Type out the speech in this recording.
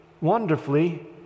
wonderfully